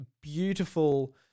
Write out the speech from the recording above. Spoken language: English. beautiful